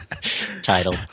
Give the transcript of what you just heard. Title